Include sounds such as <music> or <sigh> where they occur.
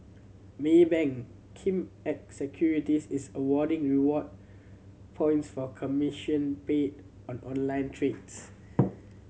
Maybank Kim Eng Securities is awarding reward points for commission paid on online trades <noise>